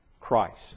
Christ